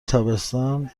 تابستان